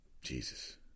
Jesus